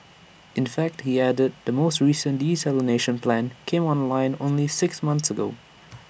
in fact he added the most recent desalination plant came online only six months ago